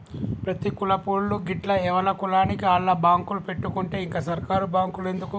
ప్రతి కులపోళ్లూ గిట్ల ఎవల కులానికి ఆళ్ల బాంకులు పెట్టుకుంటే ఇంక సర్కారు బాంకులెందుకు